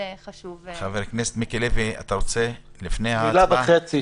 חבר הכנסת מיקי לוי, אתה רוצה לפני ההצבעה?